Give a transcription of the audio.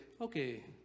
Okay